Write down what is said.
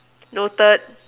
noted